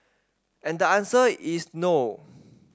and the answer is no